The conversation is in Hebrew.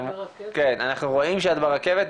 אנחנו רואים שאת ברכבת,